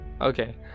Okay